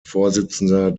vorsitzender